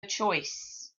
choice